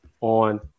on